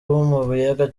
b’amabuye